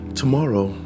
tomorrow